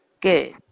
Good